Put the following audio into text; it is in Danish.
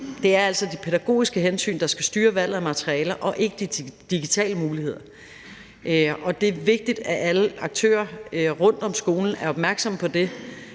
det er altså de pædagogiske hensyn, der skal styre valget af materialer og ikke de digitale muligheder. Det er vigtigt, at alle aktører rundt om skolen er opmærksomme på det